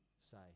say